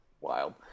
wild